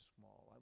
small